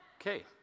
Okay